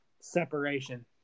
separation